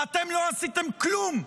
ואתם לא עשיתם כלום,